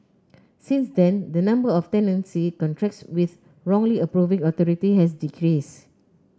since then the number of tenancy contracts with wrong approving authority has decreased